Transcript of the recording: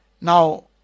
Now